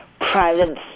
private